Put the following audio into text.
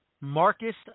Marcus